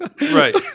Right